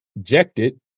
ejected